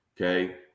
okay